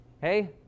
Hey